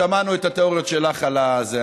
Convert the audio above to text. שמענו את התיאוריות שלך על זה,